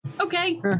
okay